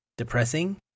depressing